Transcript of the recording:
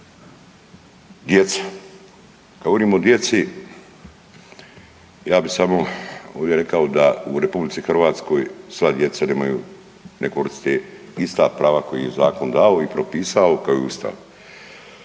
djece. Kada govorimo o djeci, ja bih samo ovdje rekao da u Republici Hrvatskoj sva djeca nemaju, ne koriste ista prava koja im je zakon dao i propisao kao i Ustav.